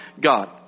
God